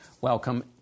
welcome